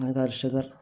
കർഷകർ